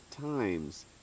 times